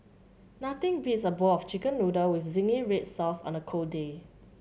nothing beats a bowl of Chicken Noodle with zingy red sauce on a cold day